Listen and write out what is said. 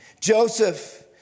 Joseph